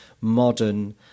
modern